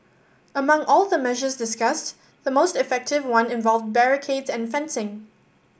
among all the measures discussed the most effective one involved barricades and fencing